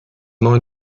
neun